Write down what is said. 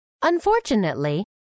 Unfortunately